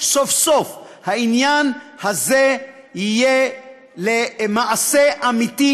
סוף-סוף העניין הזה יהיה למעשה אמיתי,